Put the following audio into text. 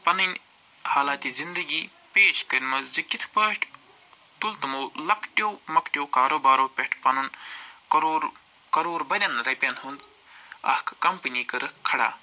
پنٕنۍ حالاتِ زندگی پیش کَرِمَژ زِ کِتھ پٲٹھۍ تُل تِمو لۄکٹیو مۄکٹیو کاروبارو پٮ۪ٹھ پنُن کَرور کَرور بدٮ۪ن رۄپیَن ہُنٛد اکھ کمپٔنی کٔرٕکھ کھڑا